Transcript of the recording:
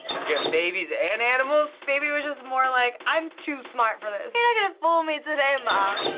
we're getting babies and animals? baby was just more like, i'm too smart for this. you're not gonna fool me today, mom.